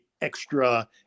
extra